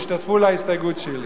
שהשתתפו בהסתייגות שלי,